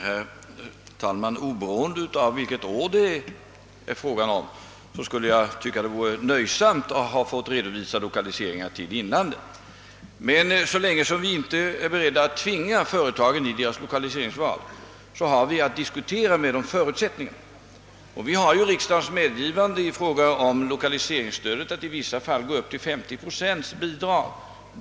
Herr talman! Oberoende av vilket år det gäller tycker jag att det vore nöjsamt att få redovisa lokaliseringar till Norrlands inland. Men så länge vi inte är beredda att tvinga företagen i deras lokaliseringsval måste vi med dem diskutera förutsättningarna. Vi har riksdagens medgivande att ge i vissa fall upp till 50 procent i lokaliseringsstöd.